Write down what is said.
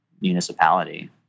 municipality